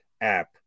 app